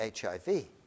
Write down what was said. HIV